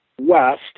west